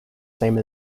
same